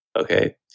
Okay